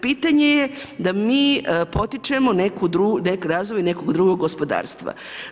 Pitanje je da mi potičemo … razvoj , nekog drugog gospodarstva.